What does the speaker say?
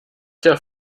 der